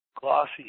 glossy